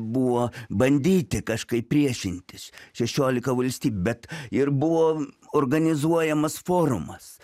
buvo bandyti kažkaip priešintis šešiolika valstybių bet ir buvo organizuojamas forumas